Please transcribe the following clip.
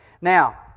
Now